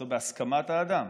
זה בהסכמת האדם.